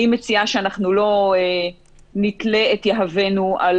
אני מציעה שאנחנו לא נתלה את יהבנו על